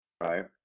right